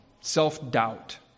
Self-doubt